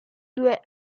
due